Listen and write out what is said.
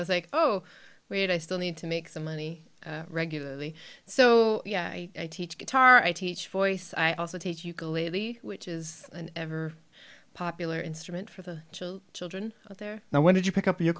i was like oh wait i still need to make some money regularly so yeah i teach guitar i teach voice i also teach ukulele which is an ever popular instrument for the children there now when did you pick up